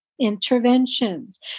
interventions